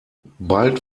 bald